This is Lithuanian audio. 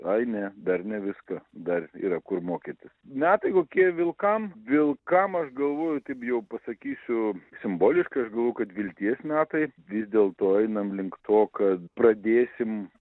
ai ne dar ne viską dar yra kur mokytis metai kokie vilkam vilkam aš galvoju taip jau pasakysiu simboliškai aš galvu kad vilties metai vis dėlto einam link to kad pradėsim